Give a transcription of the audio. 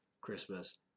christmas